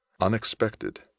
Unexpected